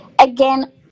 again